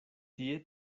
tie